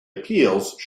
appeals